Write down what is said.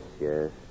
yes